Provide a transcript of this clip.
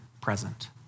present